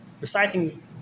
reciting